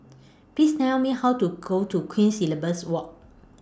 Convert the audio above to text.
Please Tell Me How to Go to Queen Elizabeth Walk